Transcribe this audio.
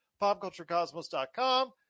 popculturecosmos.com